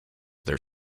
their